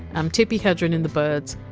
am tippi hedren in the birds,